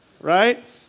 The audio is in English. right